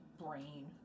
brain